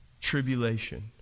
tribulation